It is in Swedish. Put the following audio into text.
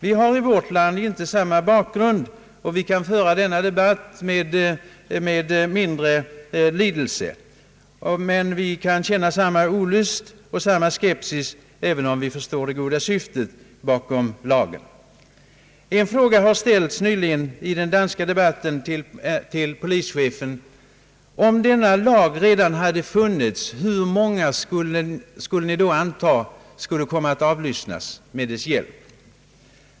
Vi har i vårt land inte samma bakgrund, och vi kan föra debatten med mindre lidelse, men vi känner samma olust och har samma skepsis, även om vi förstår det goda syftet med lagförslaget. En fråga har nyligen i den danska debatten ställts till polischefen: Om denna lag redan hade funnits, hur många skulle ni då anta skulle komma att avlyssnas med dess hjälp?